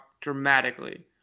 dramatically